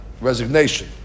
resignation